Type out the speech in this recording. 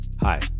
Hi